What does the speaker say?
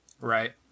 Right